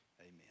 Amen